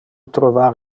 trovar